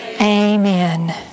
Amen